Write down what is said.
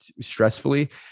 stressfully